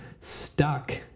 stuck